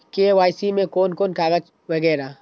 KYC में कोन कोन कागज वगैरा?